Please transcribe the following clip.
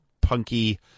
punky